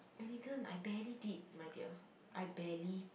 I didn't I barely did my dear I barely